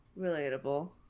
relatable